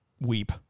weep